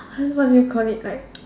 how what do you call it like